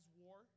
war